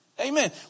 Amen